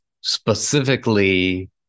specifically